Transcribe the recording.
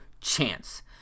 chance